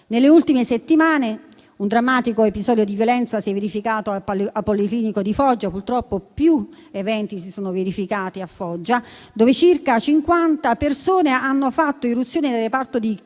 Nelle ultime settimane un drammatico episodio di violenza si è verificato al Policlinico di Foggia (purtroppo più eventi si sono verificati a Foggia), dove circa 50 persone hanno fatto irruzione nel reparto di chirurgia